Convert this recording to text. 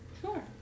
Sure